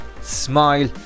smile